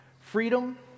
Freedom